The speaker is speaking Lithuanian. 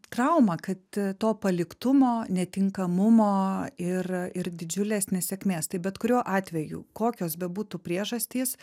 trauma kad to paliktumo netinkamumo ir ir didžiulės nesėkmės tai bet kuriuo atveju kokios bebūtų priežastys